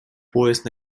поезд